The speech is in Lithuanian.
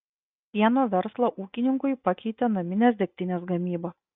pieno verslą ūkininkui pakeitė naminės degtinės gamyba